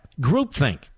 groupthink